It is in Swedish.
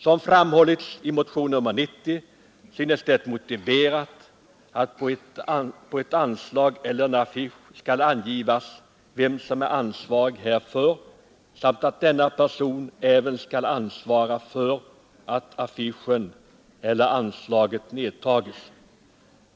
Som framhållits i motionen 90 synes det motiverat att på ett anslag eller en affisch skall angivas vem som är ansvarig för uppsättandet samt att denna person även skall ansvara för att affischen eller anslaget nedtages.